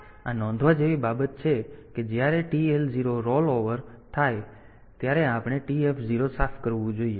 તેથી આ નોંધવા જેવી બાબત છે કે જ્યારે TL0 રોલ ઓવર થાય ત્યારે આપણે TF 0 સાફ કરવું જોઈએ